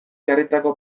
jarritako